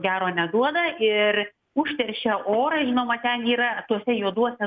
gero neduoda ir užteršia orą žinoma ten yra tuose juoduose